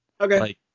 Okay